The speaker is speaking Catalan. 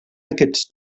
aquests